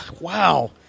wow